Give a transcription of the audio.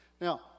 Now